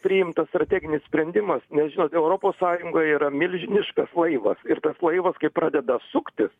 priimtas strateginis sprendimas nes žinot europos sąjungoj yra milžiniškas laivas ir tas laivas kai pradeda suktis